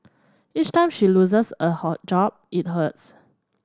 each time she loses a hot job it hurts